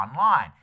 Online